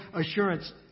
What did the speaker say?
assurance